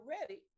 ready